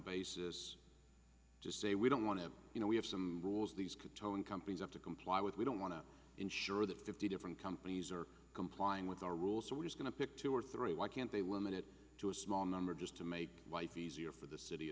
basis just say we don't want to you know we have some rules these controlling companies have to comply with we don't want to ensure that fifty different companies are complying with our rules are we going to pick two or three why can't a woman it to a small number just to make life easier for the city